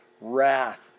wrath